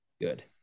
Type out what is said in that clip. good